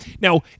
Now